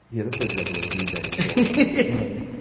yeah, this place is like a little ebay you know i mean